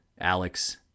Alex